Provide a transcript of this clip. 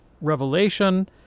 Revelation